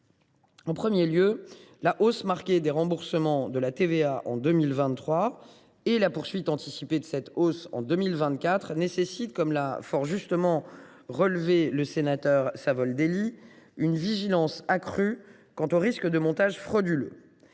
En premier lieu, la hausse marquée des remboursements de la TVA en 2023 et la poursuite anticipée de cette hausse en 2024 nécessitent, comme l’a fort justement relevé le rapporteur spécial Pascal Savoldelli, une vigilance accrue quant aux risques de montages frauduleux.